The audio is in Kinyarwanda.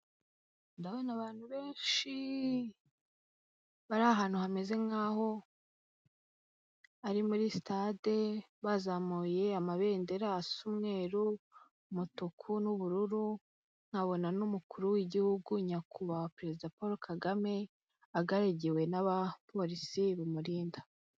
Ndabona abantu benshi! bari ahantu hameze nkaho ari muri Stade, bazamuye amabendera asa umweru, umutuku n'ubururu, nkabona n'Umukuru w'Igihugu Nyakubahwa, Perezida Paul Kagame, agaragiwe n'Abapolisi bamurinda.